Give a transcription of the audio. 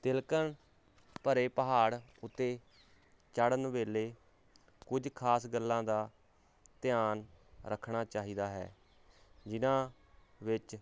ਤਿਲਕਣ ਭਰੇ ਪਹਾੜ ਉੱਤੇ ਚੜਨ ਵੇਲੇ ਕੁਝ ਖਾਸ ਗੱਲਾਂ ਦਾ ਧਿਆਨ ਰੱਖਣਾ ਚਾਹੀਦਾ ਹੈ ਜਿਨਾਂ ਵਿੱਚ